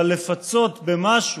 אבל לפצות במשהו,